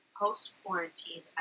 post-quarantine